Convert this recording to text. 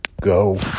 go